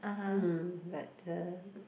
mm but the